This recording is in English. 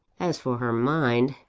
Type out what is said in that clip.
as for her mind,